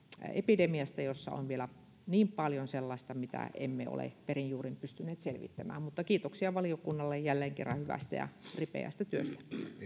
epidemiasta jossa on vielä niin paljon sellaista mitä emme ole perin juurin pystyneet selvittämään kiitoksia valiokunnalle jälleen kerran hyvästä ja ripeästä työstä